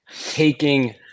taking